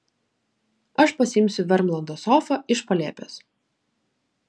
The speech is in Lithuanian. aš pasiimsiu vermlando sofą iš palėpės